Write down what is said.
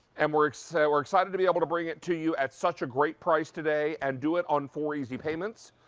and we're excited we're excited to be able to bring them to you at such a great price today and do it on four easy payments,